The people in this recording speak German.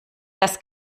das